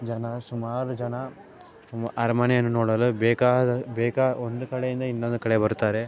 ಜನ ಸುಮಾರು ಜನ ಮ್ ಅರಮನೆಯನ್ನು ನೋಡಲು ಬೇಕಾದ ಬೇಕ ಒಂದು ಕಡೆಯಿಂದ ಇನ್ನೊಂದು ಕಡೆ ಬರುತ್ತಾರೆ